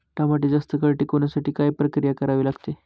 टमाटे जास्त काळ टिकवण्यासाठी काय प्रक्रिया करावी लागेल?